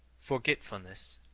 forgetfulness,